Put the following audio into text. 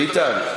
ביטן,